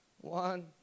One